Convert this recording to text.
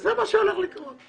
וזה מה שהולך לקרות.